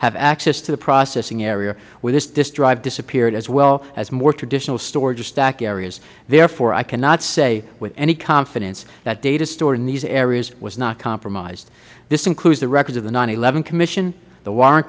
have access to the processing area where this drive disappeared as well as more traditional storage or stack areas therefore i cannot say with any confidence that data stored in these areas was not compromised this includes the records of the commission the warren